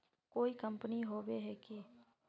कोई कंपनी होबे है की?